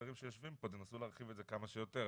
החברים שיושבים פה, תנסו להרחיב את זה כמה שיותר.